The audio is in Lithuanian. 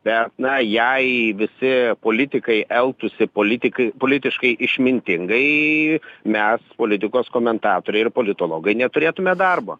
bet na jei visi politikai elgtųsi politikai politiškai išmintingai mes politikos komentatoriai ir politologai neturėtume darbo